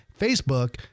Facebook